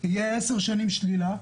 תהיה עשר שנים שלילה,